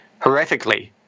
horrifically